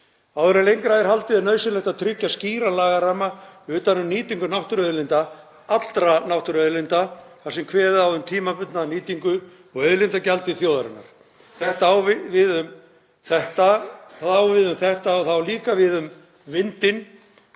Áður en lengra er haldið er nauðsynlegt að tryggja skýran lagaramma utan um nýtingu náttúruauðlinda, allra náttúruauðlinda, þar sem kveðið er á um tímabundna nýtingu og auðlindagjald til þjóðarinnar. Það á við um þetta og það á líka við um vindinn